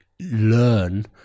learn